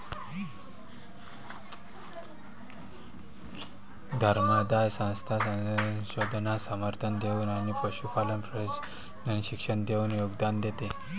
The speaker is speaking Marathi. धर्मादाय संस्था संशोधनास समर्थन देऊन आणि पशुपालन प्रजनन शिक्षण देऊन योगदान देते